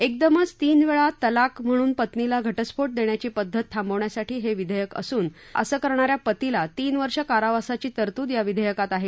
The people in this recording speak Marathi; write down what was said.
एकदमच तीन वेळा तलाक म्हणून पत्नीला घटस्फोट देण्याची पद्धत थांबवण्यासाठी हे विधेयक असून असं करणा या पतीला तीन वर्ष कारावासाची तरतूद या विधेयकात आहे